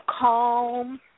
calm